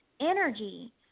energy